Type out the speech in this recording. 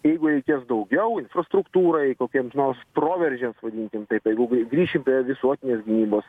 jeigu reikės daugiau infrastruktūrai kokiems nors proveržiams vadinkim taip jeigu grįšim prie visuotinės gynybos